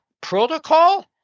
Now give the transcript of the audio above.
protocol